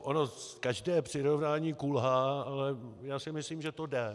Ono každé přirovnání kulhá, ale já si myslím, že to jde.